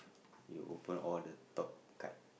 you open all the top card